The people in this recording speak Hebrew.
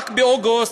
רק באוגוסט,